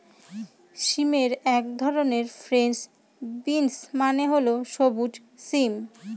সিমের এক ধরন ফ্রেঞ্চ বিনস মানে হল সবুজ সিম